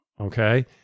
Okay